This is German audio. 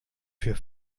für